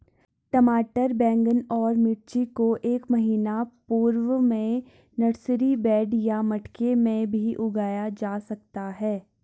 टमाटर बैगन और मिर्ची को एक महीना पूर्व में नर्सरी बेड या मटके भी में उगाया जा सकता है